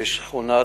בשכונת